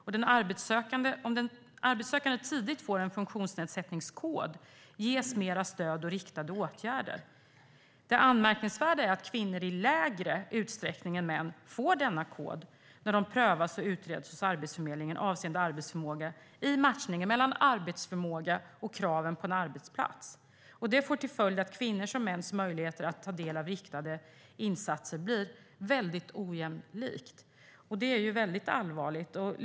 Om den arbetssökande tidigt får en funktionsnedsättningskod ges mera stöd och riktade åtgärder. Det anmärkningsvärda är att kvinnor i mindre utsträckning än män får denna kod när de prövas och utreds hos Arbetsförmedlingen avseende arbetsförmåga i matchningen mellan arbetsförmåga och kraven på en arbetsplats. Det får till följd att kvinnors och mäns möjligheter att ta del av riktade insatser blir väldigt ojämlika. Det är allvarligt.